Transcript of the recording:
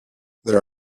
there